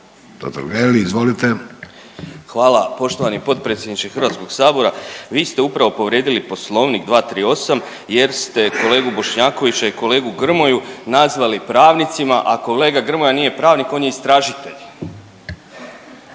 **Totgergeli, Miro (HDZ)** Hvala poštovani potpredsjedniče Hrvatskog sabora, vi ste upravo povrijedili Poslovnik 238., jer ste kolegu Bošnjakovića i kolegu Grmoju nazvali pravnicima, a kolega Grmoja nije pravnik on je istražitelj.